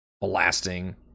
blasting